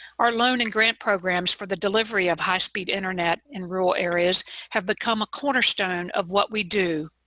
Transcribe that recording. our loan and grant programs for the delivery of high-speed internet in rural areas have become a cornerstone of what we do,